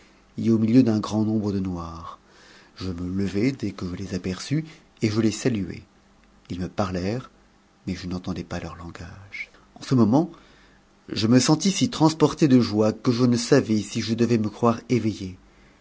et au milieu d'un grand nombre de noirs je me levai dès que je les aperçus et je les saluai ils me parlèrent mais je n'entendais pas leur tangage en ce moment je me sentis si transporté de joie que je ne savais si je devais me croire éveillé